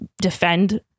defend